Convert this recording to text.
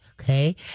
okay